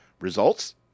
Results